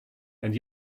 and